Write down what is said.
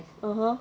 (uh huh)